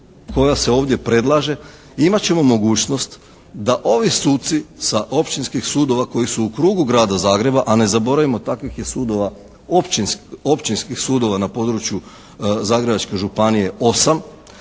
koja se ovdje predlaže imat ćemo mogućnost da ovi suci sa općinskih sudova koji su u krugu Grada Zagreba a ne zaboravimo takvih je sudova, općinskih sudova na području Zagrebačke županije 8,